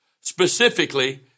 Specifically